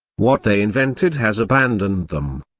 what they invented has abandoned them.